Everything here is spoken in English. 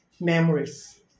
memories